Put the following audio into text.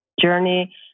journey